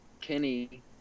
Kenny